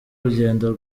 urugendo